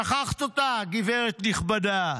שכחת אותו, גברת נכבדה.